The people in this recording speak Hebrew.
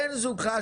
בן זוגך,